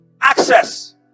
access